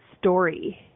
story